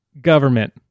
Government